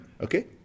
okay